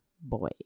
boy